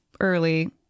early